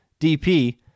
DP